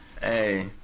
Hey